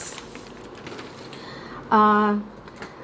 uh